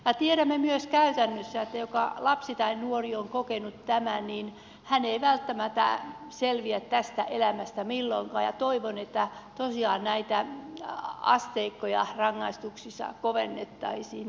tiedämme myös käytännössä että sellainen lapsi tai nuori joka on kokenut tämän ei välttämättä selviä tästä elämästä milloinkaan ja toivon että tosiaan näitä asteikkoja rangaistuksissa kovennettaisiin